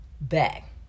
back